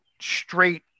straight